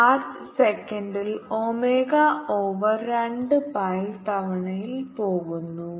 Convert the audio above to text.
charge സെക്കൻഡിൽ omega over 2 pi തവണയിൽ പോകുന്നു